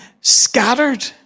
Scattered